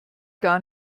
gar